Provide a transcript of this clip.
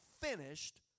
finished